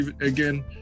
again